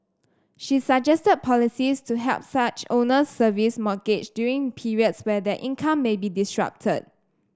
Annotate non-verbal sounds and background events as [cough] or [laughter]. she [unintelligible] policies to help such owners service mortgage during periods where their income may be disrupted